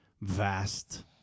vast